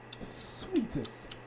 sweetest